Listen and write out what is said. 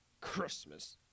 Christmas